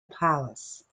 palace